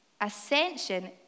Ascension